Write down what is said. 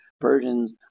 Persians